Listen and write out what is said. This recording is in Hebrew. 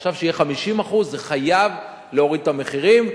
עכשיו, כשיהיה 50%, זה חייב להוריד את המחירים.